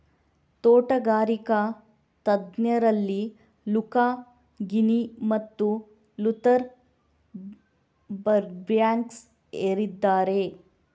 ತೋಟಗಾರಿಕಾ ತಜ್ಞರಲ್ಲಿ Luca Ghini ಮತ್ತು ಲೂಥರ್ ಬರ್ಬ್ಯಾಂಕ್ಸ್ ಏರಿದ್ದಾರೆ